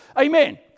amen